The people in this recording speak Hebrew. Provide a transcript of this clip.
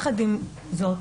עם זאת,